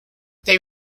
they